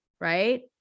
Right